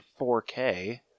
4K